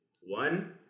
one